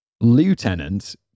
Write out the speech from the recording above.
lieutenant